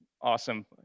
Awesome